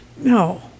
No